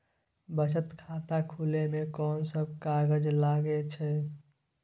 बचत खाता खुले मे कोन सब कागज लागे छै?